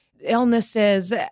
illnesses